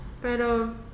pero